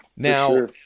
Now